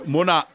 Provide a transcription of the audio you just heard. Mona